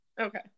Okay